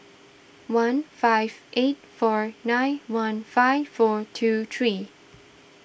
one five eight four nine one five four two three